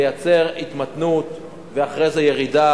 זה לייצר התמתנות ואחרי זה ירידה.